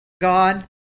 God